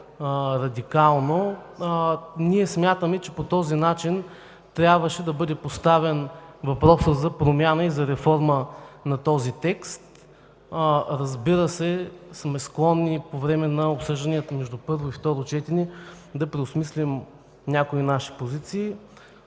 ние смятаме, че по този начин трябваше да бъде поставен въпросът за промяна и за реформа на този текст. Разбира се, склонни сме при обсъжданията между първо и второ четене да преосмислим някои наши позиции.